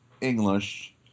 English